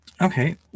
Okay